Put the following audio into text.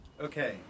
Okay